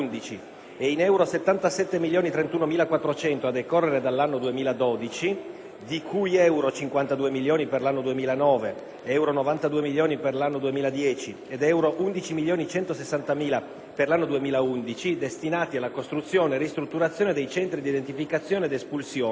e in euro 77.031.400 a decorrere dall'anno 2012, di cui euro 52.000.000 per l'anno 2009, euro 92.000.000 per l'anno 2010 ed euro 11.160.000 per l'anno 2011 destinati alla costruzione e ristrutturazione dei centri di identificazione ed espulsione,